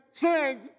Change